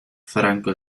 franco